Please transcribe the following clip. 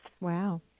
Wow